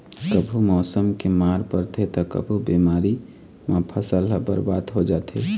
कभू मउसम के मार परथे त कभू बेमारी म फसल ह बरबाद हो जाथे